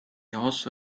also